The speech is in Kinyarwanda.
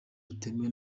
butemewe